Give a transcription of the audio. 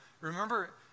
remember